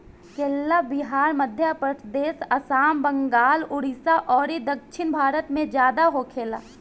केला बिहार, मध्यप्रदेश, आसाम, बंगाल, उड़ीसा अउरी दक्षिण भारत में ज्यादा होखेला